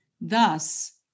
Thus